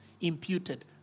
imputed